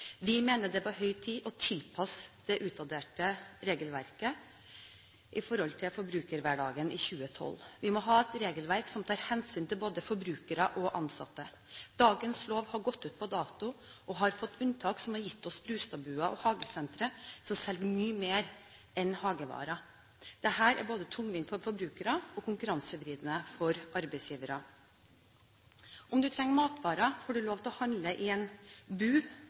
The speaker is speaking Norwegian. Vi mener det er på høy tid å tilpasse det utdaterte regelverket etter forbrukerhverdagen i 2012. Vi må ha et regelverk som tar hensyn til både forbrukere og ansatte. Dagens lov har gått ut på dato og har fått unntak som har gitt oss Brustad-bua og hagesentre som selger mye mer enn hagevarer. Dette er både tungvint for forbrukerne og konkurransevridende for arbeidsgiverne. Om du trenger matvarer, får du lov til å handle i en bu